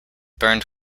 burned